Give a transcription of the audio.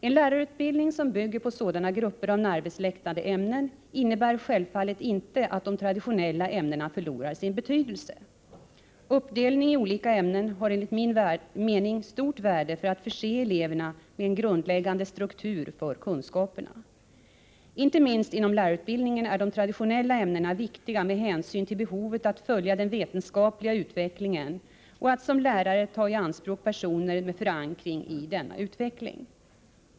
En lärarutbildning som bygger på sådana grupper av närbesläktade ämnen innebär självfallet inte att de traditionella ämnena har förlorat sin betydelse. Uppdelningen i olika ämnen har enligt min mening stort värde för att förse eleverna med en grundläggande struktur för kunskaperna. Inte minst inom lärarutbildningen är de traditionella ämnena viktiga med hänsyn till behovet av att följa den vetenskapliga utvecklingen och av att som lärare ta i anspråk personer som har förankring i denna utveckling.